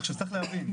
עכשיו צריך להבין,